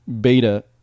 beta